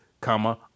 comma